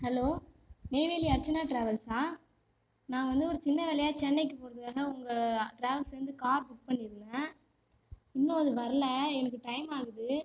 hello Neyveli Archana ட்ராவல்ஸா நான் வந்து ஒரு சின்ன வேலையாக சென்னைக்கு போகிறதுக்காக உங்கள் ட்ராவல்ஸ்லேந்து கார் புக் பண்ணியிருந்தேன் இன்னும் அது வரல எனக்கு டைம் ஆகுது